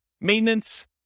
Maintenance